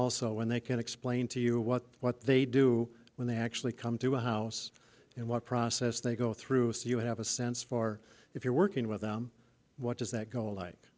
also when they can explain to you what what they do when they actually come to a house and what process they go through so you have a sense for if you're working with them what does that goal like